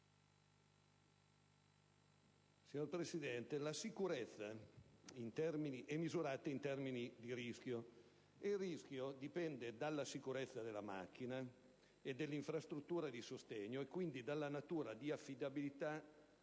Signora Presidente, la sicurezza è misurata in termini di rischio e il rischio dipende dalla sicurezza della macchina e dell'infrastruttura di sostegno e, quindi, dalla natura di affidabilità della stessa